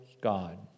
God